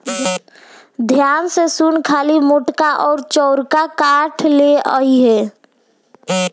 ध्यान से सुन खाली मोटका अउर चौड़का काठ ले अइहे